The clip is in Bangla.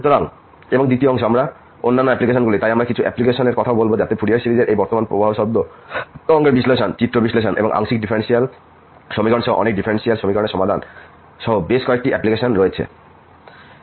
সুতরাং এবং দ্বিতীয় অংশ অন্যান্য অ্যাপ্লিকেশনগুলি তাই আমরা কিছু অ্যাপ্লিকেশনের কথাও বলব যাতে ফুরিয়ার সিরিজের এই বর্তমান প্রবাহ শব্দ তরঙ্গের বিশ্লেষণ চিত্র বিশ্লেষণ এবং আংশিক ডিফারেনশিয়াল সমীকরণ সহ অনেক ডিফারেনশিয়াল সমীকরণের সমাধান সহ বেশ কয়েকটি অ্যাপ্লিকেশন রয়েছে ইত্যাদি